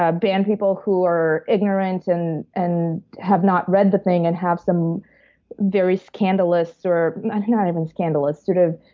ah ban people who are ignorant, and and have not read the thing, and have some very scandalous or and not even scandalous. sort of